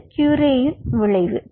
இது க்யூரேயின் விளைவு